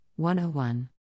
101